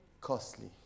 costly